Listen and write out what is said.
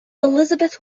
elizabeth